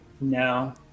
No